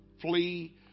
flee